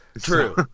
True